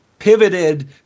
Pivoted